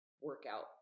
workout